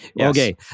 Okay